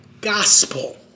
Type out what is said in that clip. gospel